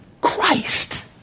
Christ